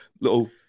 little